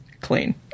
clean